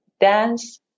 dance